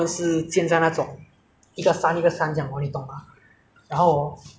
然后好像有人一个山一个山然后有时候又是